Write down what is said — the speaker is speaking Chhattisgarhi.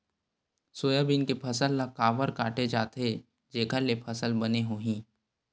सोयाबीन के फसल ल काबर काटे जाथे जेखर ले फसल बने होही?